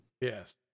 Yes